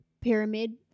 Pyramid